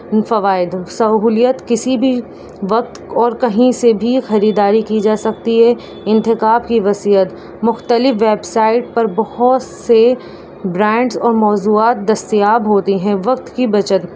فوائد سہولت کسی بھی وقت اور کہیں سے بھی خریداری کی جا سکتی ہے انتخاب کی وصیت مختلف ویب سائٹ پر بہت سے برانڈز اور موضوعات دستیاب ہوتے ہیں وقت کی بچت